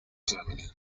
germany